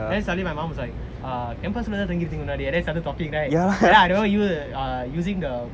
then suddenly my mom was like err campus லேதான் பார்த்திருக்கேன்:laethaan partthirukkaen then started talking right then I never use using the